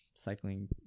cycling